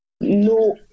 No